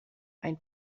ein